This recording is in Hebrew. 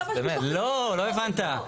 לא הבנת.